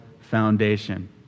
foundation